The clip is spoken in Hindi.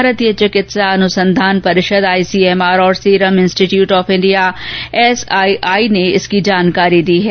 भारतीय चिकित्सा अनुसंधान परिषद आईसीएमआर और serum institute of India SII ने इसकी जानकारी दी है